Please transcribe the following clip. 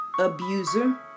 abuser